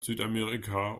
südamerika